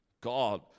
God